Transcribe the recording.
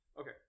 okay